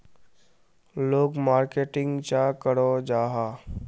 लोग मार्केटिंग चाँ करो जाहा?